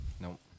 Nope